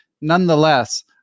nonetheless